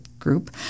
Group